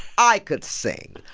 i could sing,